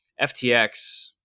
FTX